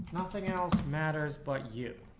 nothing else matters but you